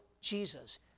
Jesus